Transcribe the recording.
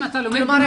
כלומר,